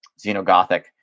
Xenogothic